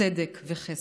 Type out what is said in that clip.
צדק וחסד.